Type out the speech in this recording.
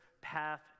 path